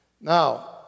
Now